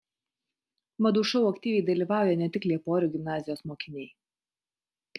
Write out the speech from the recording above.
madų šou aktyviai dalyvauja ne tik lieporių gimnazijos mokiniai